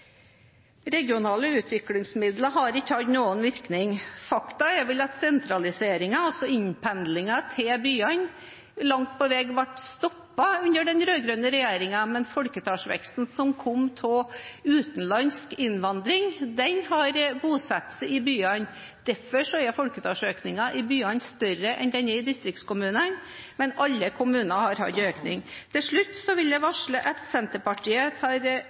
Regionale utviklingsmidler har ikke hatt noen virkning. Faktum er vel at sentraliseringen, altså innpendlingen til byene, langt på vei ble stoppet under den rød-grønne regjeringen, men folketallsveksten som kom av utenlandsk innvandring, har vært i byene. Derfor er folketallsøkningen i byene større enn den er i distriktskommunene, men alle kommuner har hatt økning. Til slutt vil jeg varsle at Senterpartiet